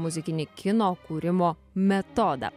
muzikinį kino kūrimo metodą